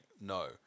no